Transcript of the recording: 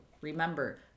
Remember